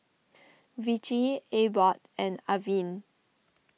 Vichy Abbott and Avene